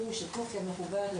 צוהריים טובים,